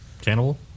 Cannibal